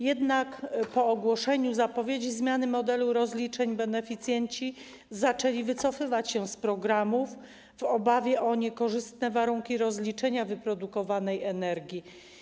Jednak po ogłoszeniu zapowiedzi zmiany modelu rozliczeń beneficjenci zaczęli wycofywać się z programów w obawie o niekorzystne warunki rozliczenia wyprodukowanej energii.